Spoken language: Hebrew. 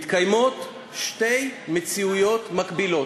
מתקיימות שתי מציאויות מקבילות.